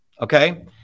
Okay